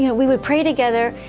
yeah we would pray together.